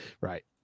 Right